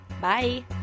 Bye